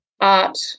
art